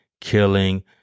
killing